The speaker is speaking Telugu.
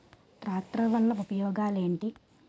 ట్రాక్టర్ వల్ల ఉపయోగాలు ఏంటీ?